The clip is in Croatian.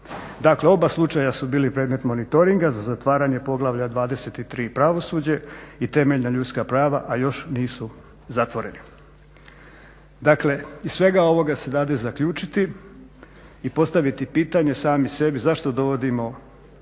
Dakle, oba slučaja su bili predmet monitoringa za zatvaranje Poglavlja 23. – Pravosuđe i temeljna ljudska prava, a još nisu zatvoreni. Dakle, iz svega ovoga se dade zaključiti i postaviti pitanje sami sebi zašto dovodimo,